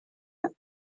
que